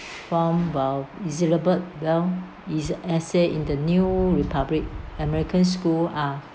firm while while elizabeth well es~ essay in the new republic american school are